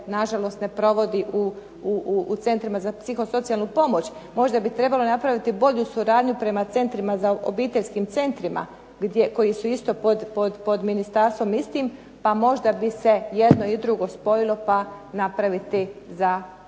nažalost ne provodi u centrima za psihosocijalnu pomoć. Možda bi trebalo napraviti bolju suradnju prema centrima, obiteljskim centrima koji su isto pod ministarstvom istim pa možda bi se jedno i drugo spojilo pa napraviti za pomoć